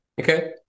Okay